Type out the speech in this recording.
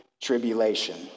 tribulation